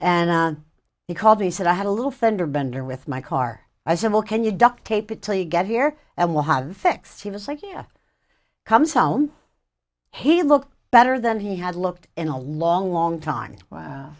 and he called me he said i had a little fender bender with my car i said well can you duct tape it till you get here and we'll have fixed he was like you comes home he looks better than he had looked in a long long time